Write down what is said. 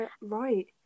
right